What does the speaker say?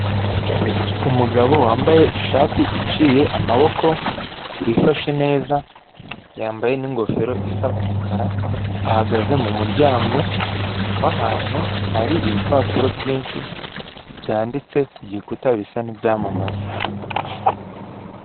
Umugabo wambaye ishati iciye amaboko wifashe neza, yambaye n'ingofero isa umukara, ahagaze mu muryango w'ahantu hari ibipapuro byinshi byanditse ku gikuta bisa nk'ibamamaza.